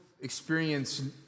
experience